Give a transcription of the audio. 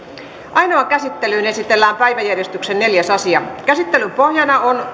ainoaan käsittelyyn esitellään päiväjärjestyksen neljäs asia käsittelyn pohjana on